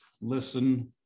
listen